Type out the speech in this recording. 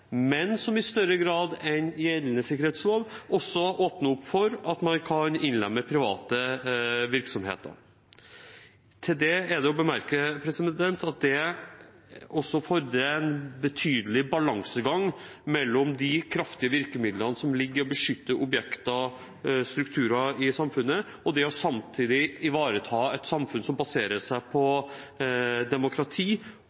men som i større grad enn gjeldende sikkerhetslov åpner for at man også kan innlemme private virksomheter. Til det er det å bemerke at det også fordrer en betydelig balansegang mellom de kraftige virkemidlene som beskytter objekter og strukturer i samfunnet, og samtidig ivaretakelse av et samfunn som baserer seg